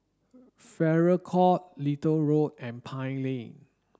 Farrer Court Little Road and Pine Lane